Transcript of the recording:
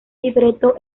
libreto